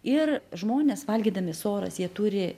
ir žmonės valgydami soras jie turi